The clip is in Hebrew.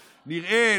נראה,